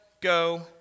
go